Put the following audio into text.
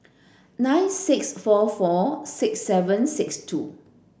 nine six four four six seven six two